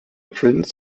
prince